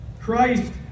Christ